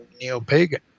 neo-pagan